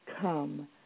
come